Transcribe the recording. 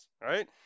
right